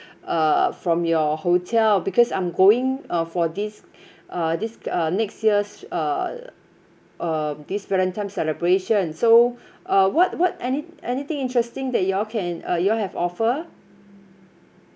uh from your hotel because I'm going uh for this uh this uh next year's uh um this valentine celebration so uh what what any anything interesting that you all can uh you all have offer